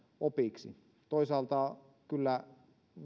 opiksi toisaalta kyllä